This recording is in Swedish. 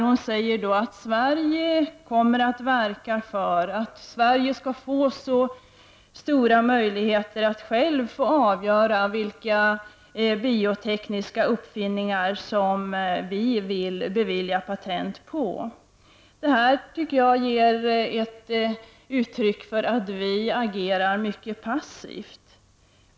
Hon säger att Sverige kommer att verka för att Sverige skall kunna få så stora möjligheter som möjligt att självt få avgöra vilka biotekniska uppfinningar som vi vill bevilja patent för. Jag tycker att det är ett uttryck för att vi agerar mycket passivt.